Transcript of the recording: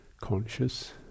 conscious